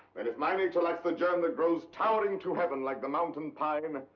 and if mine intellect's the germ that grows towering to heaven like the mountain pine,